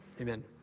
Amen